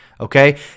Okay